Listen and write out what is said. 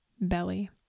belly